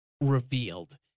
revealed